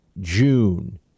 June